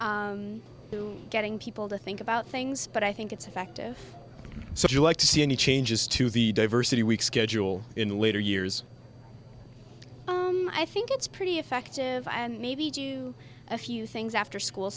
getting people to think about things but i think it's effective so if you like to see any changes to the diversity week schedule in later years i think it's pretty effective and maybe do a few things after school